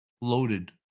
loaded